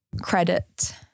credit